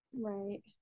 Right